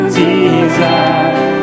desire